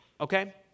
okay